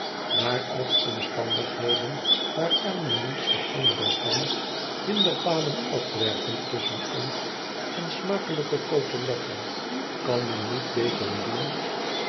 maar als omstandigheden waaraan men niets veranderen kan hinderpalen opwerpen tusschen ons en smakelijke coteletten kan med niet beter doen